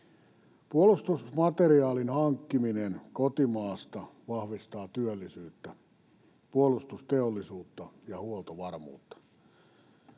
Puolustusmateriaalin hankkiminen kotimaasta vahvistaa työllisyyttä, puolustusteollisuutta ja huoltovarmuutta.